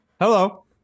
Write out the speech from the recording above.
Hello